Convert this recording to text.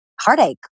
heartache